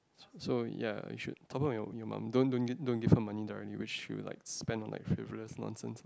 so ya you should top up your your mum don't don't give don't give her money directly which she will like spend on like favourite nonsense